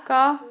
کَہہ